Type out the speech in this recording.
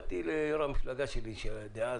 באתי ליו"ר המפלגה שלי דאז,